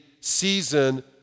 season